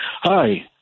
Hi